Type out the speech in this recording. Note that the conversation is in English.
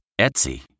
Etsy